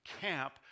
camp